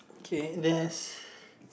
okay there's